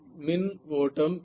மின் ஓட்டம் J